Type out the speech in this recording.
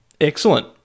Excellent